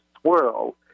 swirl